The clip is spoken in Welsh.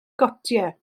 gotiau